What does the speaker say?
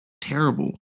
terrible